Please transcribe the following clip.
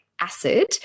acid